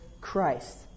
Christ